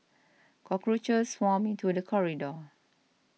cockroaches swarmed into the corridor